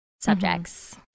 Subjects